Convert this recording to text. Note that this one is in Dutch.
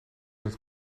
het